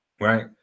Right